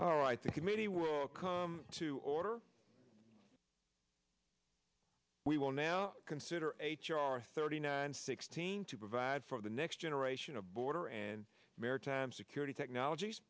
all right the committee will come to order we will now consider h r thirty nine sixteen to provide for the next generation of border and maritime security technologies